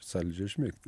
saldžiai užmigt